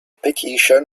petition